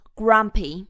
grumpy